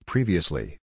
Previously